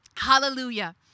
Hallelujah